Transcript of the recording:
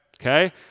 okay